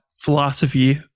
philosophy